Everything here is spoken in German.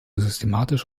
systematisch